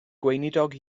gweinidog